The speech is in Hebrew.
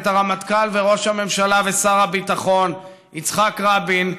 את הרמטכ"ל וראש הממשלה ושר הביטחון יצחק רבין,